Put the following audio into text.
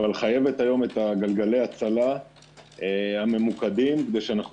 אבל חייבת היום את גלגלי ההצלה הממוקדים כדי שאנחנו